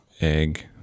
egg